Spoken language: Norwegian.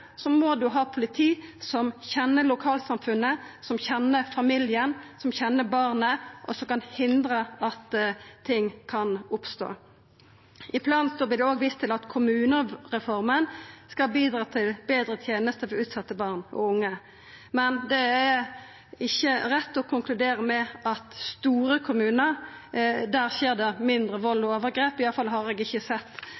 så skulle nærpolitireforma sikra større fagmiljø, som gir eit løft i etterforskinga. Det er vi heilt einige i. Det er kjempeviktig. Men for å førebyggja må ein ha politifolk som kjenner lokalsamfunnet, som kjenner familien, som kjenner barnet, og som kan hindra at ting oppstår. I planen vert det òg vist til at kommunereforma skal bidra til betre tenester for utsette barn og unge, men det er ikkje rett å